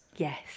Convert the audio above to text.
Yes